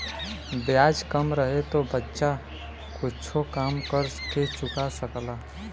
ब्याज कम रहे तो बच्चा कुच्छो काम कर के चुका सकला